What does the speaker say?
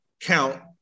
count